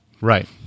Right